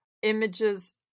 images